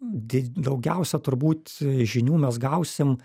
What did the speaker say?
di daugiausia turbūt žinių mes gausim